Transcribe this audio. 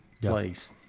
place